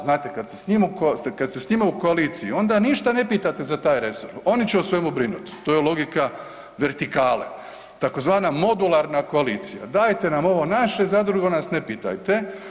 Znate kad ste s njima u koaliciji onda ništa ne pitate za taj resor, oni će o svemu brinuti, to je logika vertikale tzv. modularna koalicija, dajte nam ovo naše, za drugo nas ne pitajte.